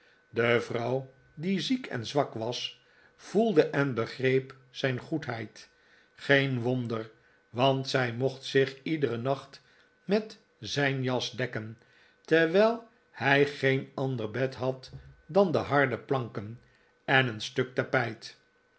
de vrouw die ziek en zwak was voelde en begreep zijn goedheid geen wonder want zij mocht zich iederen nacht met zijn jas dekken terwijl hij geen ander bed had dan de harde planken en een stuk tapijt